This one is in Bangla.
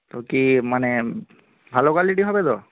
তো কী মানে ভালো কোয়ালিটি হবে তো